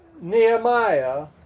Nehemiah